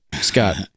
Scott